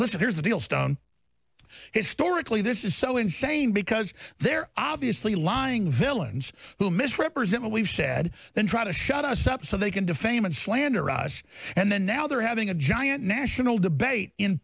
listen here's the deal stone historically this is so insane because they're obviously lying villains who misrepresent what we've said and try to shut us up so they can defame and slander us and then now they're having a giant national debate in